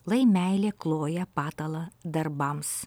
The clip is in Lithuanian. lai meilė kloja patalą darbams